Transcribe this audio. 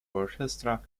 orchestra